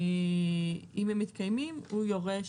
הוא יורשה